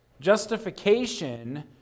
Justification